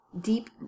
deep